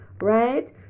right